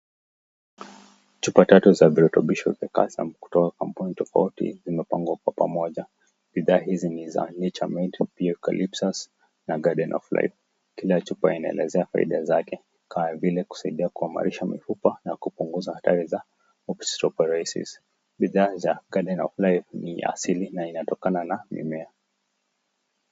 Chupa tatu za virutubisho za calcium kutoka kwa kampuni tofauti zimepangwa kwa pamoja. Bidhaa hizi ni za NatureMade, Eucalyptus na Garden of Life . Kila chupa inaelezea faida zake kama vile kusaidia kuimarisha mifupa na kupunguza hatari za osteoporosis . Bidaa za Garden of Life ni ya asili na inatokana na mimea.